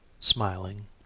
smiling